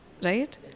Right